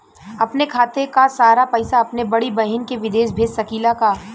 अपने खाते क सारा पैसा अपने बड़ी बहिन के विदेश भेज सकीला का?